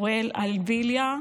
אוריאל אלביליה,